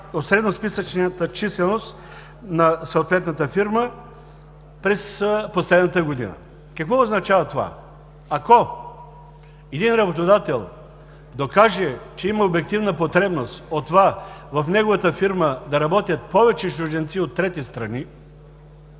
от средносписъчната численост на съответната фирма през последната година. Какво означава това? Ако един работодател докаже, че има обективна потребност от това в неговата фирма да работят повече чужденци от трети страни